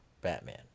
Batman